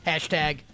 Hashtag